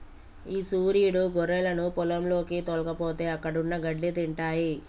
ఈ సురీడు గొర్రెలను పొలంలోకి తోల్కపోతే అక్కడున్న గడ్డి తింటాయి